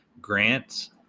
Grants